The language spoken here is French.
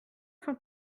sont